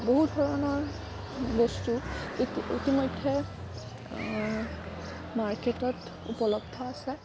বহুত ধৰণৰ বস্তু ইট ইতিমধ্যে মাৰ্কেটত উপলব্ধ আছে